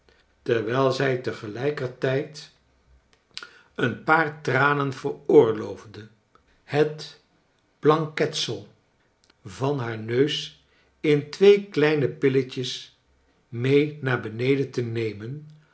terwijl zij tegelijkertijd een paar kldine dorrit tranen veroorloofde het blanketsel van haar neus in twee kleine pilletjes mee naar beneden te nemen